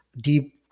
deep